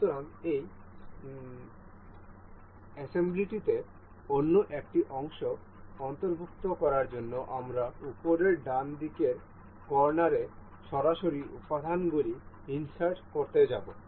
সুতরাং এই অ্যাসেম্বলিটিতে অন্য একটি অংশ অন্তর্ভুক্ত করার জন্য আমরা উপরের ডান দিকের কর্নারে সরাসরি উপাদানগুলি ইন্সার্ট করতে যাব